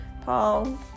paul